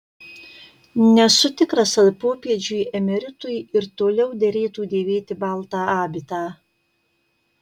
nesu tikras ar popiežiui emeritui ir toliau derėtų dėvėti baltą abitą